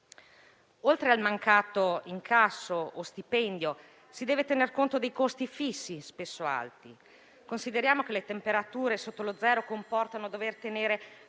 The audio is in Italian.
Oltre al mancato incasso o stipendio, si deve tener conto dei costi fissi, spesso alti. Consideriamo che le temperature sotto lo zero comportano la